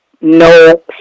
no